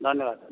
ଧନ୍ୟବାଦ ଧନ୍ୟବାଦ